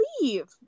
leave